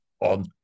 on